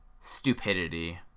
stupidity